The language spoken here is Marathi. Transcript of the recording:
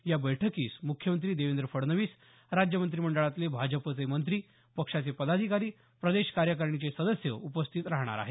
या बैठकीस मुख्यमंत्री देवेंद्र फडणवीस राज्य मंत्रिमंडळातले भाजपचे मंत्री पक्षाचे पदाधिकारी प्रदेश कार्यकारिणीचे सदस्य उपस्थित राहणार आहेत